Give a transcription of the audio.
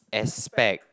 aspect